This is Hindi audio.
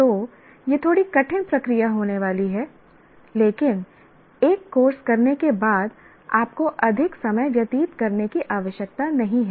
तो यह थोड़ी कठिन प्रक्रिया होने वाली है लेकिन एक कोर्स करने के बाद आपको अधिक समय व्यतीत करने की आवश्यकता नहीं है